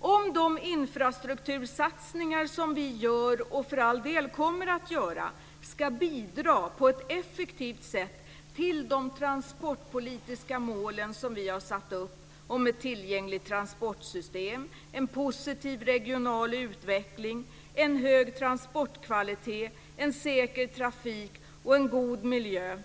om de infrastruktursatsningar vi gör, och för all del kommer att göra, ska bidra på ett effektivt sätt till de transportpolitiska målen vi har satt upp om ett tillgängligt transportsystem, en positiv regional utveckling, en hög transportkvalitet, en säker trafik och en god miljö.